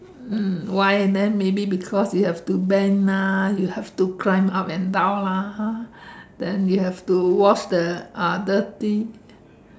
um why then maybe because you have to bend ah you have to climb up and down lah then you have to wash the ah dirty